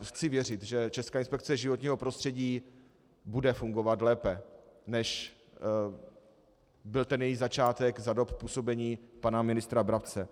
Chci věřit, že Česká inspekce životního prostředí bude fungovat lépe, než byl její začátek za dob působení pana ministra Brabce.